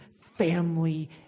family